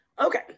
Okay